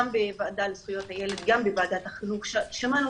גם בוועדה לזכויות הילד וגם בוועדת החינוך ושמענו